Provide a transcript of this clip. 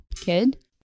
kid